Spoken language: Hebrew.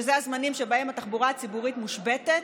שאלה הזמנים שבהם התחבורה הציבורית מושבתת,